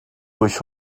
durch